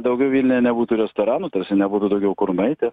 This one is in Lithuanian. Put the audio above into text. daugiau vilniuje nebūtų restoranų tarsi nebūtų daugiau kur nueiti